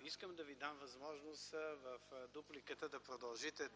Искам да Ви дам възможност в дупликата да продължите